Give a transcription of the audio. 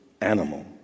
animal